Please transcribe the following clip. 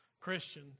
Christian